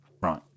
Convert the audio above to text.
Right